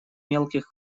мелких